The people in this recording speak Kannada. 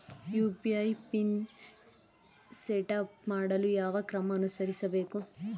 ಯು.ಪಿ.ಐ ಪಿನ್ ಸೆಟಪ್ ಮಾಡಲು ಯಾವ ಕ್ರಮ ಅನುಸರಿಸಬೇಕು?